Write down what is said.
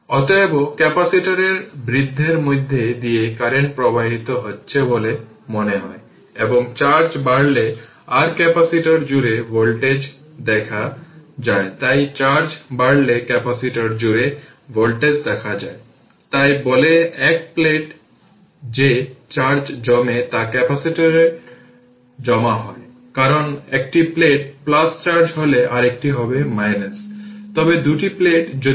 সুতরাং half L হল 02 henry L 0 এর ইনিশিয়াল ভ্যালু হল 2 অ্যাম্পিয়ার তাই 2 স্কোয়ার যা 04 জুল তাই 1 Ω রেজিষ্টর ডিকে প্রাপ্ত এনার্জি L I0 L 0 এর শতাংশ হল 0256 যেটি রেজিস্টর 0256 এবং ইনিশিয়াল এনার্জি স্টোরড